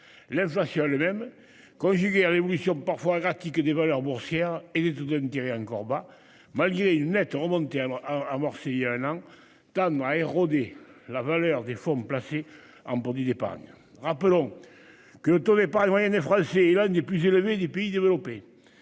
risque. L'le même conjugué à l'évolution parfois erratiques des valeurs boursières et tout de tirer encore bas malgré une nette remontée. Amorcée il y a un an Tan érodé la valeur des fonds placés en produits d'épargne rappelons. Que pas la moyenne des français est l'un des plus élevés des pays développés.